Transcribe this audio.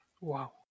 Wow